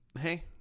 Hey